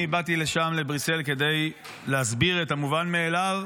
אני באתי לשם לבריסל כדי להסביר את המובן מאליו,